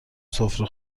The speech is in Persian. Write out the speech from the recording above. سفره